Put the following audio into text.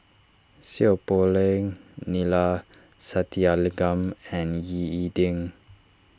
Seow Poh Leng Neila Sathyalingam and Ying E Ding